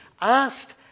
asked